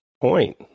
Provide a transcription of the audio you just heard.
point